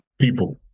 people